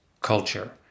culture